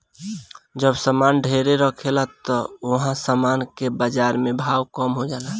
जब सामान ढेरे रहेला त ओह सामान के बाजार में भाव कम हो जाला